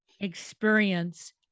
experience